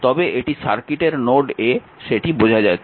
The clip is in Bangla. তবে এটি সার্কিটের নোড A সেটি বোঝা যাচ্ছে